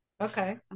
okay